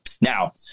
now